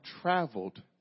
traveled